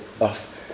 off